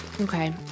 Okay